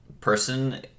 person